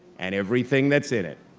and everything that's in it.